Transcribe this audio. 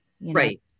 Right